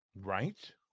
right